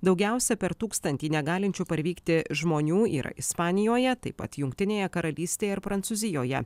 daugiausia per tūkstantį negalinčių parvykti žmonių yra ispanijoje taip pat jungtinėje karalystėj ir prancūzijoje